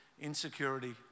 insecurity